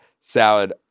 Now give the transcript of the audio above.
salad